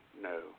no